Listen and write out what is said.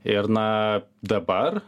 ir na dabar